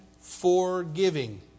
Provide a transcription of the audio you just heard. forgiving